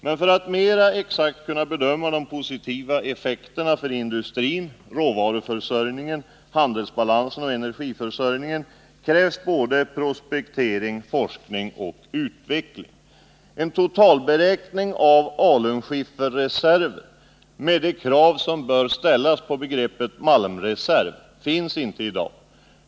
Men för att vi mera exakt skall kunna bedöma de positiva effekterna för industrin, råvaruförsörjningen, handelsbalansen och energiförsörjningen krävs prospektering, forskning och utveckling. En totalberäkning av alunskifferreserver med de krav som bör ställas på begreppet malmreserv finns inte i dag.